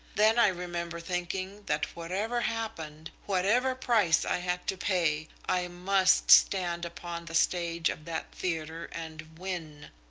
then i remember thinking that whatever happened, whatever price i had to pay, i must stand upon the stage of that theatre and win.